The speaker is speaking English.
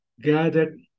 gathered